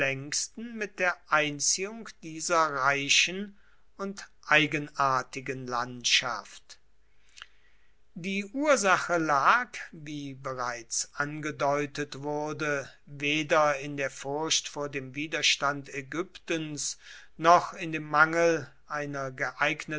mit der einziehung dieser reichen und eigenartigen landschaft die ursache lag wie bereits angedeutet wurde weder in der furcht vor dem widerstand ägyptens noch in dem mangel einer